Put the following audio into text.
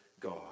God